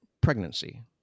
pregnancy